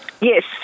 Yes